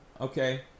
okay